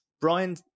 Brian